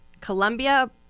Colombia